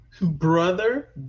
brother